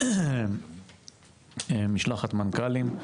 לארבעה ימים, משלחת מנכ"לים.